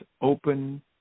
open